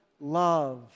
love